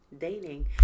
Dating